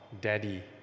Daddy